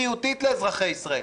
הן בריאותית לאזרחי ישראל.